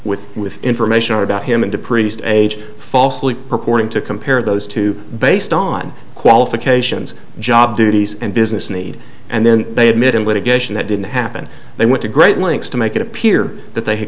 with with information about him and a priest age falsely purporting to compare those two based on qualifications job duties and business need and then they admitted litigation that didn't happen they went to great lengths to make it appear that they had